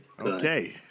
Okay